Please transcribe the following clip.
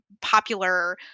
popular